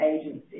agencies